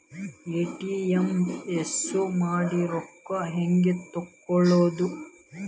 ATM use ಮಾಡಿ ರೊಕ್ಕ ಹೆಂಗೆ ತಕ್ಕೊಳೋದು?